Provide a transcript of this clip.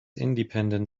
independent